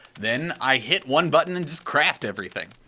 then i hit one button and just craft everything.